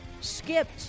skipped